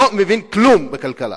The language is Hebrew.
לא מבין כלום בכלכלה,